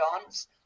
chance